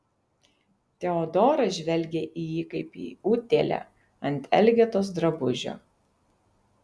teodora žvelgė į jį kaip į utėlę ant elgetos drabužio